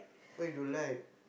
why you don't like